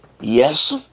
yes